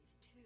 two